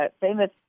famous